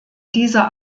dieser